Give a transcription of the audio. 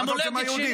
מה אתה רוצה מהיהודים?